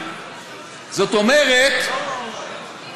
זאת אומרת